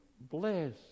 bless